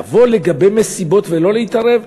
לבוא לגבי מסיבות ולא להתערב?